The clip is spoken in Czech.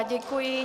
Děkuji.